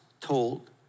told